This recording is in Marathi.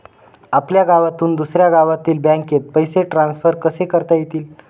आपल्या गावातून दुसऱ्या गावातील बँकेत पैसे ट्रान्सफर कसे करता येतील?